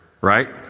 right